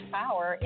power